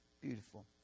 beautiful